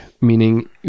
Meaning